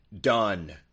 done